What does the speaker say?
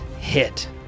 hit